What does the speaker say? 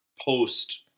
post